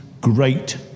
great